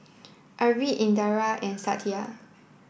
Arvind Indira and Satya